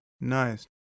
nice